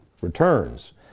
returns